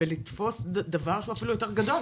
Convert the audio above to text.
בלתפוס דבר שהוא אפילו יותר גדול.